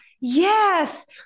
yes